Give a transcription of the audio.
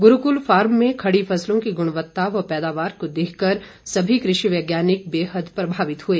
गुरूकुल farm में खड़ी फसलों की गुणवत्ता व पैदावार को देखकर सभी कृषि वैज्ञानिक बेहद प्रभावित हुए